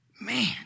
Man